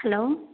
hello